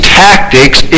tactics